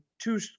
two